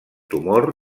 tumor